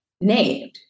named